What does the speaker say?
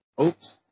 Oops